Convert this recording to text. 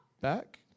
back